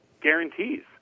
guarantees